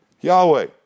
Yahweh